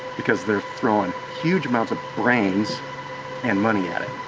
because they're throwing huge amounts of brains and money at it.